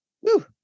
Woo